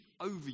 over